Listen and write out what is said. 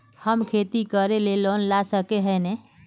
हम खेती करे ले लोन ला सके है नय?